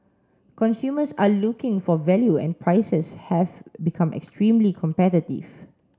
consumers are looking for value and prices have become extremely competitive